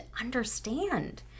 understand